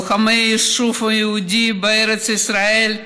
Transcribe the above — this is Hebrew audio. לוחמי היישוב היהודי בארץ ישראל,